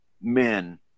men